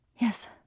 Yes